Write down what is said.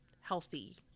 healthy